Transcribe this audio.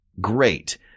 great